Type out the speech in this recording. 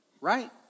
Right